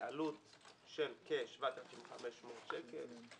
בעלות של כ-7,500 שקל.